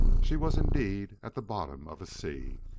she was indeed at the bottom of a sea.